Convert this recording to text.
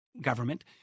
government